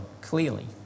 clearly